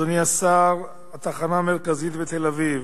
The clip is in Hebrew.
אדוני השר, התחנה המרכזית בתל-אביב.